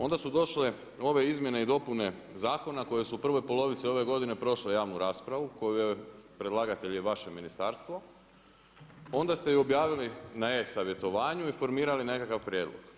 Onda su došle ove izmjene i dopune zakona koje su u prvoj polovici ove godine prošle javnu raspravu predlagatelj je vaše ministarstvo, onda ste ju objavili na e-savjetovanju i formirali nekakav prijedlog.